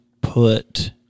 put